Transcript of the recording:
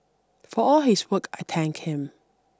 for all his work I thank him